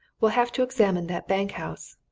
we'll have to examine that bank-house.